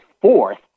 fourth